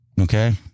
Okay